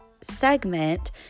segment